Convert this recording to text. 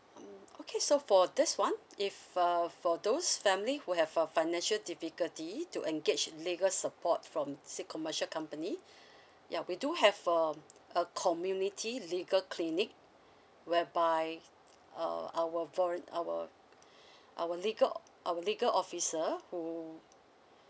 mm okay so for this one if uh for those family who have a financial difficulty to engage legal support from said commercial company ya we do have um a community legal clinic whereby uh our volunteer our legal our legal officer who